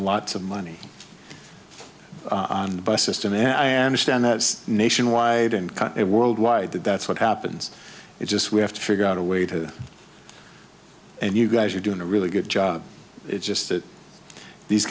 lots of money on the bus system and i understand that nationwide and cut it worldwide that's what happens it's just we have to figure out a way to and you guys are doing a really good job it's just that these